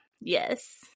Yes